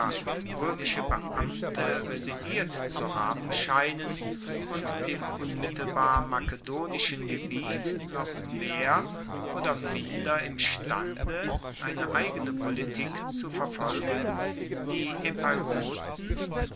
roemische beamte residiert zu haben scheinen und dem unmittelbar makedonischen gebiet noch mehr oder minder imstande eine eigene politik zu verfolgen die